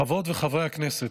חברות וחברי הכנסת,